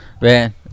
man